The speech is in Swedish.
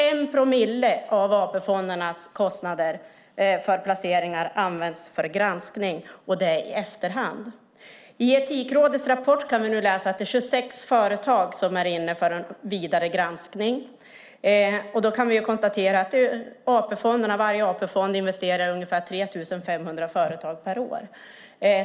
1 promille av AP-fondernas kostnader för placeringar används alltså för granskning, och det sker i efterhand. I Etikrådets rapport kan vi nu läsa att det är 26 företag som är inne för vidare granskning. Vi kan konstatera att varje AP-fond investerar i ungefär 3 500 företag per år.